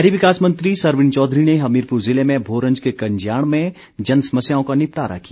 शहरी विकास मंत्री सरवीण चौधरी ने हमीरपुर जिले में भोरंज के कंज्याण में जनसमस्याओं का निपटारा किया